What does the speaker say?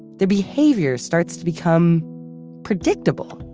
their behavior starts to become predictable.